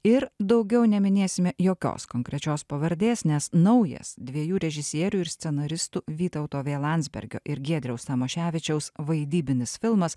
ir daugiau neminėsime jokios konkrečios pavardės nes naujas dviejų režisierių ir scenaristų vytauto v landsbergio ir giedriaus tamoševičiaus vaidybinis filmas